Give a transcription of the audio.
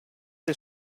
del